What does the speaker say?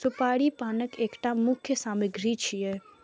सुपारी पानक एकटा मुख्य सामग्री छियै